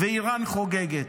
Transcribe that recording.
ואיראן חוגגת.